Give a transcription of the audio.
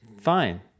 fine